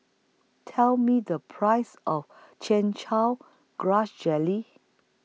Tell Me The Price of Chin Chow Grass Jelly